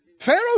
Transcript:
Pharaoh